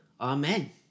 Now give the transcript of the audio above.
Amen